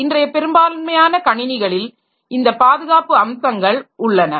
இன்றைய பெரும்பான்மையான கணினிகளில் இந்த பாதுகாப்பு அம்சங்கள் உள்ளன